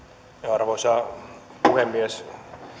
arvoisa puhemies